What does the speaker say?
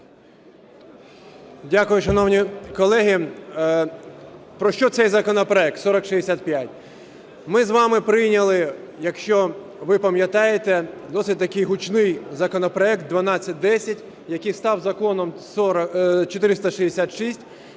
Дякую, шановні колеги. Про що цей законопроект 4065? Ми з вами прийняли, якщо ви пам'ятаєте, досить такий гучний законопроект 1210, який став Законом 466,